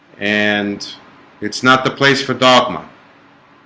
and it's not the place for dogma